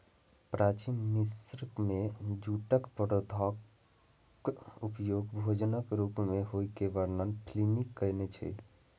प्राचीन मिस्र मे जूटक पौधाक उपयोग भोजनक रूप मे होइ के वर्णन प्लिनी कयने छै